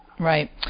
Right